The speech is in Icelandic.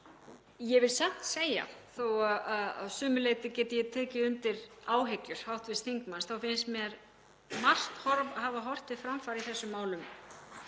Ég vil samt segja að þótt að sumu leyti geti ég tekið undir áhyggjur hv. þingmanns þá finnst mér margt hafa horft til framfara í þessum málum